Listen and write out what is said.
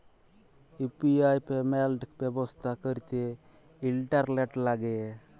UPI payment ব্যবস্থা ক্যরতে internet ল্যাগে